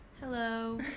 Hello